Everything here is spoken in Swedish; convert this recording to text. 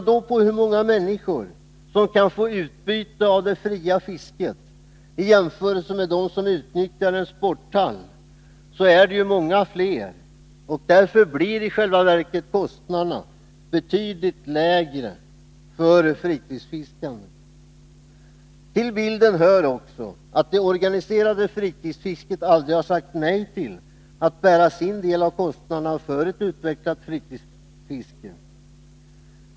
De människor som kan få utbyte av det fria fisket är ju många fler än som utnyttjar en sporthall, och därför blir i själva verket kostnaderna betydligt lägre för fritidsfiskandet. Till bilden hör också att det organiserade fritidsfisket aldrig har sagt nej till att bära sin del av kostnaderna för ett utvecklat fritidsfiske.